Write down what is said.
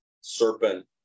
serpent